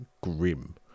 grim